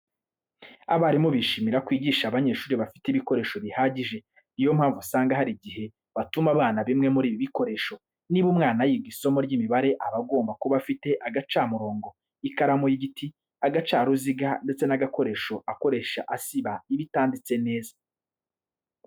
Abarimu bishimira kwigisha abanyeshuri bafite ibikoresho bihagije. Ni yo mpamvu usanga hari igihe batuma abana bimwe muri ibi bikoresho. Niba umwana yiga isomo ry'imibare aba agomba kuba afite agacamurongo, ikaramu y'igiti, agacaruziga ndetse n'agakoresho akoresha asiba ibitanditse neza.